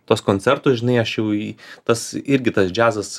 tuos koncertus žinai aš jau į tas irgi tas džiazas